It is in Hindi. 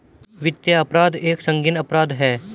वित्तीय अपराध एक संगीन अपराध है